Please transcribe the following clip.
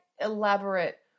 elaborate